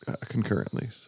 concurrently